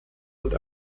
und